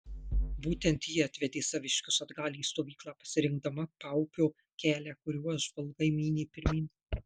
būtent ji atvedė saviškius atgal į stovyklą pasirinkdama paupio kelią kuriuo žvalgai mynė pirmyn